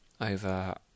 over